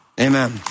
Amen